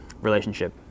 relationship